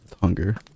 Hunger